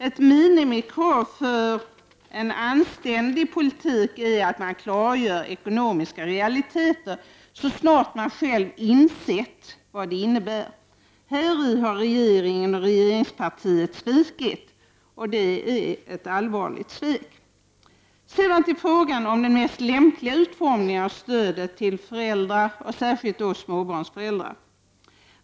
Ett minimikrav på en ”anständig” politik är att man klargör ekonomiska realiteter så snart man själv insett vad de innebär. Häri har regeringen och regeringspartiet svikit, och det är ett allvarligt svek. Sedan vill jag övergå till frågan om den mest lämpliga utformningen av stödet till föräldrar, och särskilt småbarnsföräldrar.